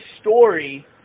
story